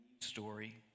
story